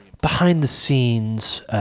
behind-the-scenes